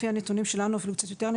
לפי הנתונים שלנו אפילו קצת יותר אני